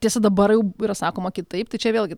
tiesa dabar yra sakoma kitaip tai čia vėlgi